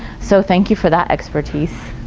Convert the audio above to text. so thank you for that expertise.